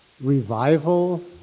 revival